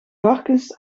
varkens